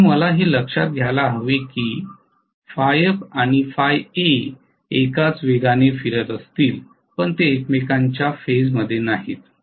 त्यामुळे आता मला हे लक्षात घ्यायला हवे की Φf आणि Φa एकाच वेगाने फिरत असतील पण ते एकमेकांच्या फेज मध्ये नाहीत